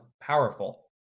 powerful